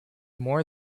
more